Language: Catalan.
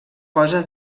posa